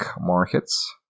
markets